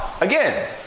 again